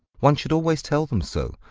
one should always tell them so.